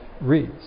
reads